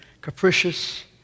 capricious